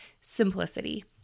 simplicity